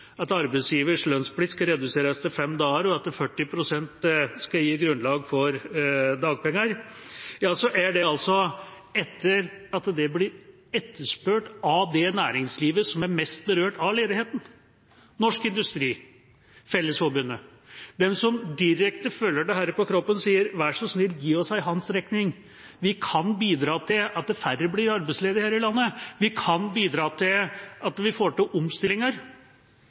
at arbeidsgivers lønnsplikt skal reduseres til fem dager, og at permittering ned mot 40 pst. skal gi grunnlag for dagpenger, skjer det etter at det blir etterspurt av det næringslivet som er mest berørt av ledigheten: Norsk Industri, Fellesforbundet. De som direkte føler dette på kroppen, sier: Vær så snill, gi oss en håndsrekning. Vi kan bidra til at færre blir arbeidsledige her i landet. Vi kan bidra til at vi får til omstillinger.